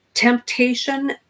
temptation